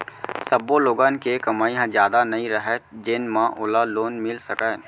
सब्बो लोगन के कमई ह जादा नइ रहय जेन म ओला लोन मिल सकय